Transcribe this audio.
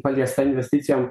paliesta investicijom